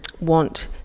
want